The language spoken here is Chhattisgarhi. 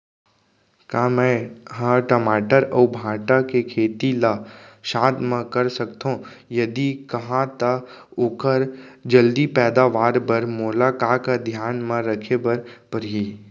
का मै ह टमाटर अऊ भांटा के खेती ला साथ मा कर सकथो, यदि कहाँ तो ओखर जलदी पैदावार बर मोला का का धियान मा रखे बर परही?